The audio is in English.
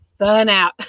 burnout